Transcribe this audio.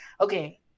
okay